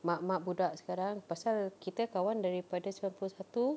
mak-mak budak sekarang pasal kita kawan daripada sembilan puluh satu